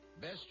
Best